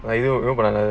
like you know but ah